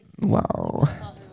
Wow